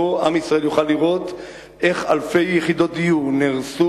שבו עם ישראל יוכל לראות איך אלפי יחידות דיור נהרסו